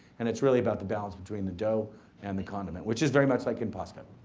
and it's really about the balance between the dough and the condiment, which is very much like in pasta.